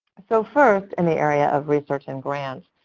so first in the area of research and grants,